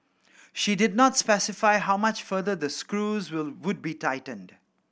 she did not specify how much further the screws will would be tightened